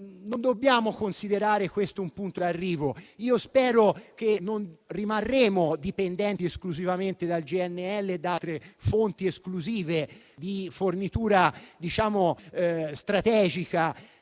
non dobbiamo considerare questo un punto d'arrivo. Spero che non rimarremo dipendenti esclusivamente dal gas naturale liquefatto (GNL) e da altre fonti esclusive di fornitura strategica,